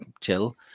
chill